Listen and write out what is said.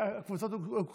כן, הקבוצות הוקראו.